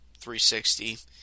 360